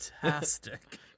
fantastic